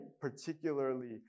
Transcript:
particularly